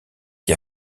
qui